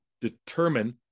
determine